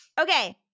Okay